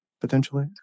potentially